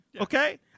Okay